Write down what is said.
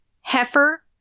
Heifer